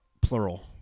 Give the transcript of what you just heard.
plural